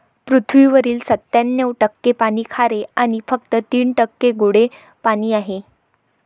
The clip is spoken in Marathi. पृथ्वीवरील सत्त्याण्णव टक्के पाणी खारे आणि फक्त तीन टक्के गोडे पाणी आहे